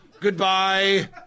Goodbye